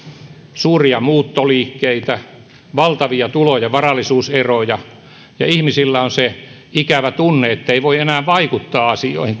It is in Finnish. suuria muuttoliikkeitä valtavia tulo ja varallisuuseroja ja ihmisillä on se ikävä tunne ettei voi enää vaikuttaa asioihin